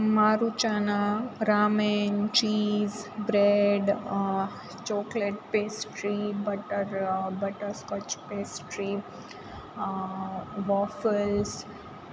મારુ ચાના ramen cheese bread chocolate pastry butter butter scotch pastry waffles